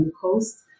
coast